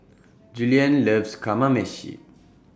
Julien loves Kamameshi